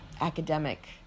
academic